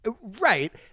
Right